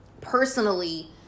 personally